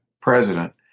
president